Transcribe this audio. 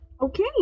Okay